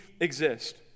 exist